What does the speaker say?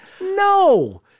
no